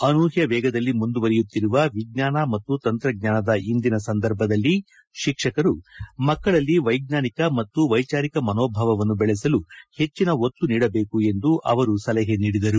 ಅನೂಪ್ಕ ವೇಗದಲ್ಲಿ ಮುಂದುವರೆಯುತ್ತಿರುವ ವಿಜ್ಞಾನ ಮತ್ತು ತಂತ್ರಜ್ಞಾನದ ಇಂದಿನ ಸಂದರ್ಭದಲ್ಲಿ ಶಿಕ್ಷಕರು ಮಕ್ಕಳಲ್ಲಿ ವೈಜ್ಞಾನಿಕ ಮತ್ತು ವೈಜಾರಿಕ ಮನೋಭಾವವನ್ನು ಬೆಳೆಸಲು ಹೆಚ್ಚಿನ ಒತ್ತು ನೀಡಬೇಕು ಎಂದು ಅವರು ಸಲಹೆ ನೀಡಿದರು